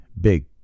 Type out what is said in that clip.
big